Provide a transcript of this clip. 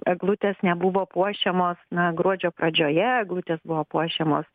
eglutės nebuvo puošiamos na gruodžio pradžioje eglutės buvo puošiamos